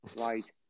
right